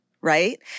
right